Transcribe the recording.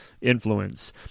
influence